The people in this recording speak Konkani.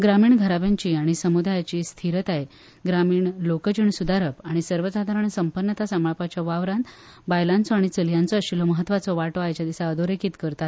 ग्रामीण घरब्यांची आनी समूदायांची स्थिरताय ग्रामीण लोकजीण सुदारप आनी सर्वसादारण संपन्नता सांबाळपाच्या वावरांत बायलांचो आनी चलयांचो आशिल्लो म्हत्त्वाचो वांटो आयच्या दिसा अधोरेखित करतात